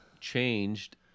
changed